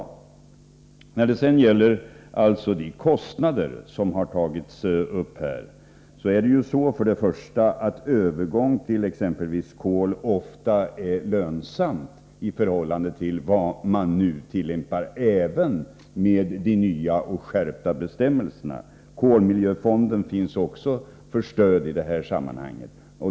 I fråga om de kostnader som här har tagits upp är det så att övergång till exempelvis kol ofta är lönsam i förhållande till vad man nu tillämpar — även med de nya skärpta bestämmelserna. Kolmiljöfonden finns också för stöd i detta sammanhang.